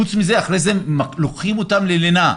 אחרי זה הם לוקחים אותם ללינה.